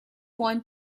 won